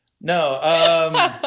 No